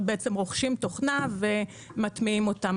בעצם רוכשים תוכנה ומטמיעים אותם.